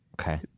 Okay